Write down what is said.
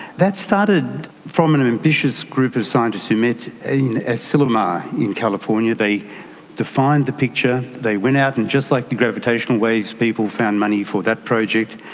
that started from an ambitious group of scientists who met in asilomar in california. they defined the picture. they went out and, just like the gravitational waves people, found money for that project.